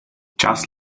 část